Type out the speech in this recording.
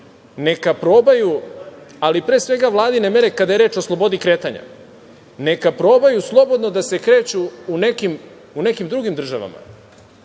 mere, ali pre svega Vladine mere kada je reč o slobodi kretanja, neka probaju slobodno da se kreću u nekim drugim državama